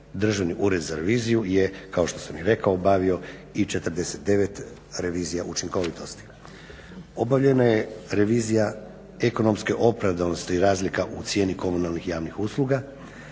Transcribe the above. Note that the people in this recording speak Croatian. Državni ured za reviziju je kao što sam i rekao obavio i 49 revizija učinkovitosti. Obavljena je revizija ekonomske opravdanosti i razlika u cijeni komunalnih javnih usluga